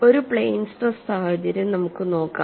ഒരു plane stress സാഹചര്യം നമുക്ക് നോക്കാം